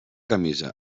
camisa